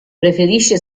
preferisce